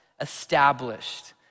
established